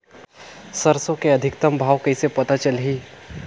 सरसो के अधिकतम भाव कइसे पता चलही?